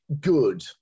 good